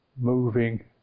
moving